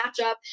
matchup